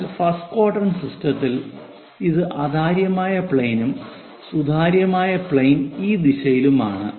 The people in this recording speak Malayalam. എന്നാൽ ഫസ്റ്റ് ക്വാഡ്രന്റ് സിസ്റ്റത്തിൽ ഇത് അതാര്യമായ പ്ലെയിനും സുതാര്യമായ പ്ലെയിൻ ഈ ദിശയിലുമാണ്